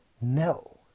no